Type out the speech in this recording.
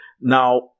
Now